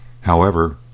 However